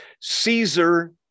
Caesar